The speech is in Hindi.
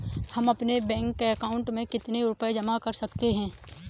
हम अपने बैंक अकाउंट में कितने रुपये जमा कर सकते हैं?